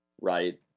right